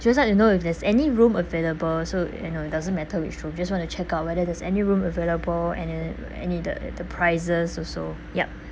just like to know if there's any room available so you know it doesn't matter which room just want to check out whether there's any room available and then any the the prices also yup